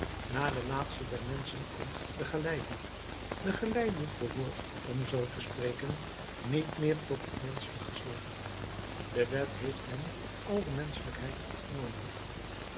na den laatsten der menschen komt de galeiboef de galeiboef behoort om zoo te spreken niet meer tot het menschelijk geslacht de wet heeft hem al de menschelijkheid ontnomen